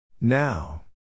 Now